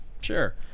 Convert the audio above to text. Sure